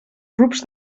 grups